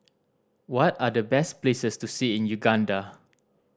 what are the best places to see in Uganda